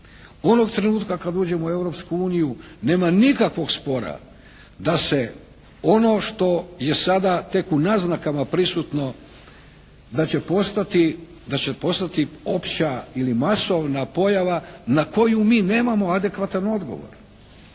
Onog trenutka kad uđemo u Europsku uniju nema nikakvog spora da se ono što je sada tek u naznakama prisutno da će postati opća ili masovna pojava na koju mi nemamo adekvatan odgovor.